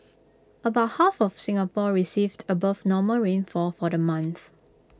about half of Singapore received above normal rainfall for the month